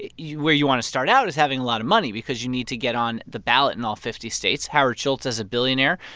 where you want to start out is having a lot of money because you need to get on the ballot in all fifty states. howard schultz is a billionaire,